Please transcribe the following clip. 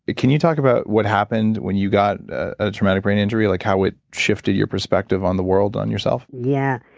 can you talk about what happened when you got a traumatic brain injury? like how it shifted your perspective on the world on yourself? yeah.